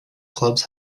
clubs